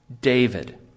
David